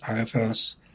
IFS